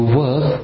work